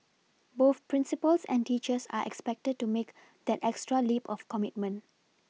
both principals and teachers are expected to make that extra leap of commitment